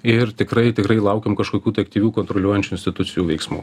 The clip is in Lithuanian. ir tikrai tikrai laukiam kažkokių tai aktyvių kontroliuojančių institucijų veiksmų